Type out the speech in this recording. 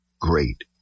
great